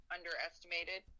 underestimated